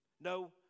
No